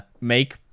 make